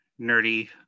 nerdy